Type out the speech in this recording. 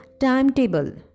timetable